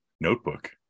notebook